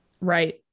right